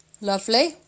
Lovely